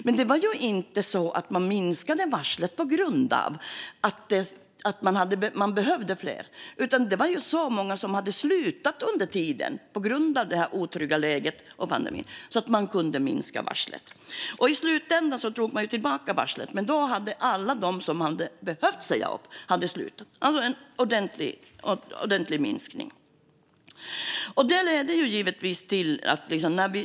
Men man minskade inte varslet på grund av man behövde fler, utan det berodde på att det var så många som hade slutat under tiden på grund av det otrygga läget och pandemin. Därför kunde man minska varslet. I slutändan drog man tillbaka varslet, men då hade alla de som man hade behövt säga upp redan slutat. Det blev alltså en ordentlig minskning.